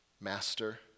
Master